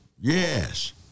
Yes